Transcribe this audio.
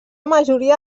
majoria